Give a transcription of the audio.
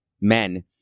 men